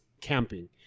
camping